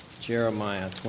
Jeremiah